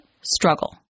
struggle